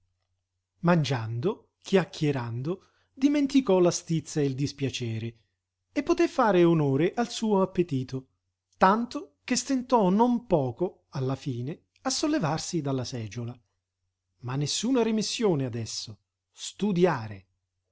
mangiando chiacchierando dimenticò la stizza e il dispiacere e poté fare onore al suo appetito tanto che stentò non poco alla fine a sollevarsi dalla seggiola ma nessuna remissione adesso studiare